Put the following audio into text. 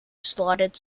slotted